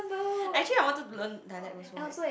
actually I wanted to learn dialect also eh